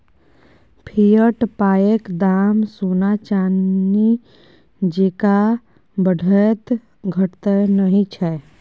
fiat पायक दाम सोना चानी जेंका बढ़ैत घटैत नहि छै